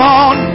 on